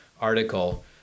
article